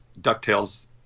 DuckTales